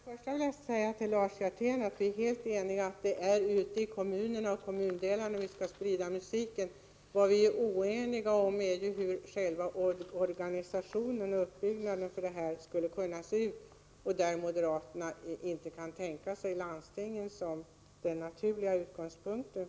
Herr talman! Först vill jag säga till Lars Hjertén att vi är helt eniga om att det är ute i kommunerna och kommundelarna som vi skall sprida musiken. Vad vi är oeniga om är ju hur själva organisationen och uppbyggnaden skulle kunna se ut och där moderaterna inte kan tänka sig landstingen som den naturliga utgångspunkten.